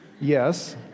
Yes